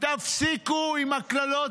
תפסיקו עם הקללות